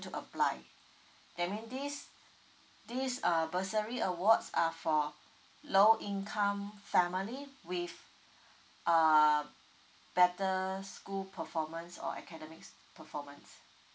to apply that mean this this err bursary awards are for low income family with err better school performance or academics performance